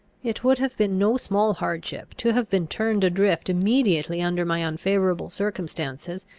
it would have been no small hardship to have been turned adrift immediately under my unfavourable circumstances,